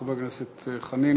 הכנסת חנין,